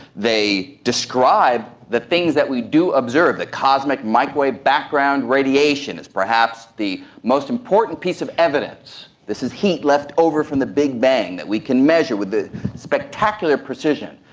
they describe the things that we do observe, the cosmic microwave background radiation is perhaps the most important piece of evidence, this is heat left over from the big bang that we can measure with spectacular precision.